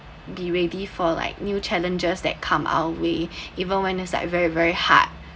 be ready for like new challenges that come our way even when its uh very very hard